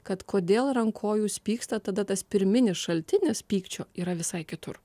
kad kodėl ir ant ko jūs pykstat tada tas pirminis šaltinis pykčio yra visai kitur